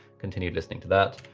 continue listening to that.